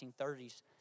1930s